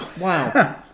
Wow